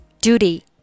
duty